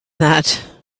that